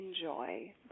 enjoy